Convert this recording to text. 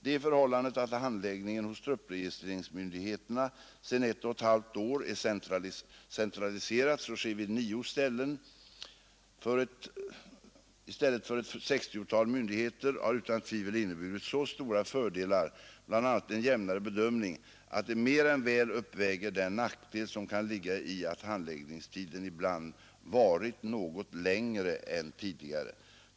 Det förhållandet att handläggningen hos truppregistreringsmyndigheterna sedan ett och ett halvt år centraliserats och sker vid nio i stället för ett 60-tal myndigheter har utan tvivel inneburit så stora fördelar, bl.a. en jämnare bedömning, att de mer än väl uppväger den nackdel som kan ligga i att handläggningstiden ibland varit något längre än tidigare.